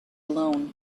alone